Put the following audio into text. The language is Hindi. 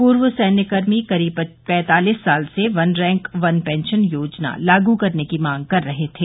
पूर्व सैन्यकर्मी करीब पैंतालिस साल से वन रैंक वन पेंशन योजना लागू करने की मांग कर रहे थे